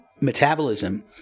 metabolism